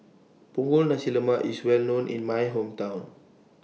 Punggol Nasi Lemak IS Well known in My Hometown